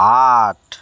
आठ